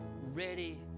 ready